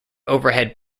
overhead